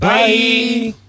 Bye